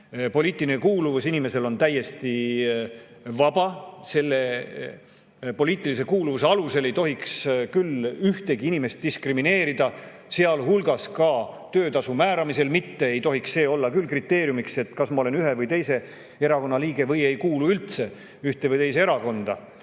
Poliitiline kuuluvus inimesel on täiesti vaba. Poliitilise kuuluvuse alusel ei tohiks küll ühtegi inimest diskrimineerida, sealhulgas ka töötasu määramisel. Ei tohiks olla küll kriteeriumiks see, kas ma olen ühe või teise erakonna liige või ei kuulu üldse erakonda.